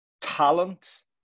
talent